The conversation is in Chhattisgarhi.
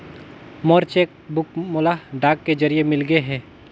मोर चेक बुक मोला डाक के जरिए मिलगे हे